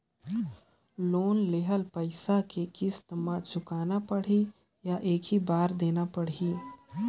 Loan लेहल पइसा के किस्त म चुकाना पढ़ही या एक ही बार देना पढ़ही?